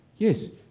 Yes